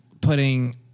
putting